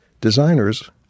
designers